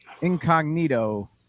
incognito